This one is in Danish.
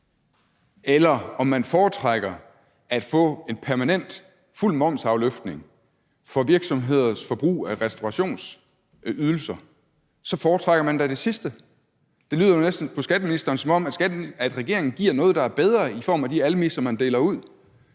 eller om man foretrækker at få en permanent fuld momsafløftning for virksomheders forbrug af restaurationsydelser, så foretrækker man da det sidste. Det lyder næsten på skatteministeren, som om regeringen giver noget, der er bedre, i form af de almisser, man deler ud,